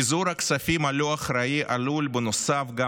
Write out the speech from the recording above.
פיזור הכספים הלא-אחראי עלול בנוסף גם